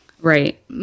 Right